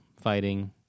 fighting